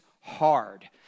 hard